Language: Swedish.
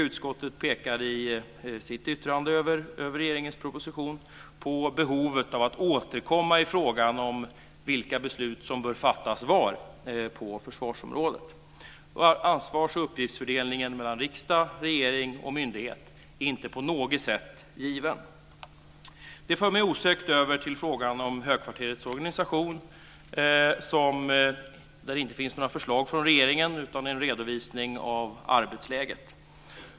Utskottet pekar i sitt yttrande över regeringens proposition på behovet av att återkomma i frågan om vilka beslut som bör fattas var på försvarsområdet. Ansvars och uppgiftsfördelningen mellan riksdag, regering och myndighet är inte på något sätt given. Detta för mig osökt över till frågan om högkvarterets organisation där det inte finns några förslag från regeringen, utan där finns det en redovisning av arbetsläget.